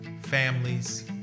families